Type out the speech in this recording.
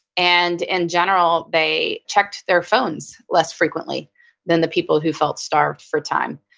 and in general they checked their phones less frequently than the people who felt starved for time.